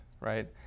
right